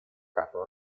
carro